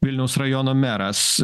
vilniaus rajono meras